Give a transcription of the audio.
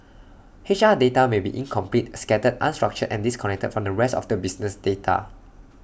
H R data may be incomplete scattered unstructured and disconnected from the rest of the business data